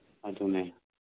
ꯀꯃꯥꯏꯅ ꯇꯧꯅꯤ